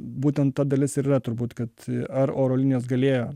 būtent ta dalis ir yra turbūt kad ar oro linijos galėjo